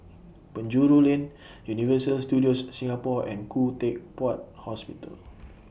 Penjuru Lane Universal Studios Singapore and Khoo Teck Puat Hospital